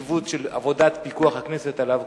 שהחשיבות של עבודת פיקוח הכנסת עליו,